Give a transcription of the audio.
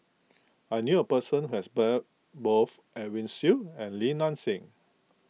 I knew a person who has bet both Edwin Siew and Li Nanxing